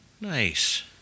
Nice